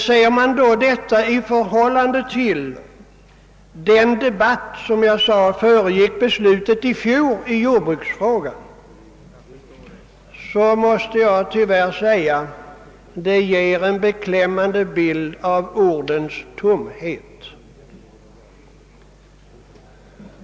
Ser man detta i förhållande till den debatt vilken — som jag nämnde — föregick fjolårets beslut i jordbruksfrågan, möter man en beklämmande bild av ordens tomhet.